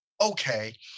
okay